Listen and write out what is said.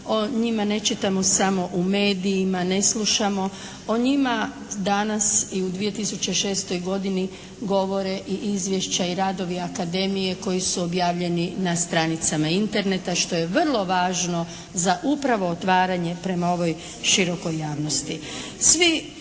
O njima ne čitamo samo u medijima, ne slušamo o njima. O njima danas i u 2006. godini govore i izvješća i radovi akademije koji su objavljeni na stranicama Interneta što je vrlo važno za upravo otvaranje prema ovoj širokoj javnosti.